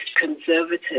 conservative